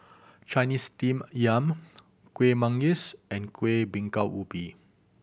Chinese Steamed Yam Kuih Manggis and Kueh Bingka Ubi